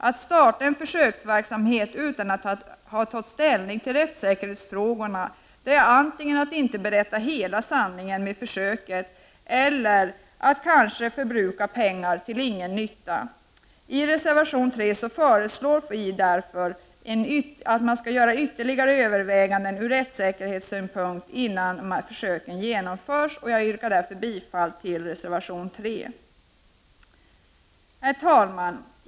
Att starta med en försöksverksamhet utan att ha tagit ställning till rättssäkerhetsfrågan är att antingen inte berätta hela sanningen om försöket eller att kanske förbruka pengar till ingen nytta. I reservation 3 föreslår vi därför ytterligare överväganden ur rättssäkerhetssynpunkt innan försöken genomförs. Jag yrkar bifall till reservation 3. Herr talman!